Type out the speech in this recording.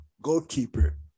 goalkeeper